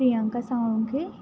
Priyanka Salunkhe